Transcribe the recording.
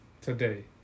today